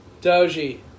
Doji